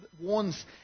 warns